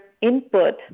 input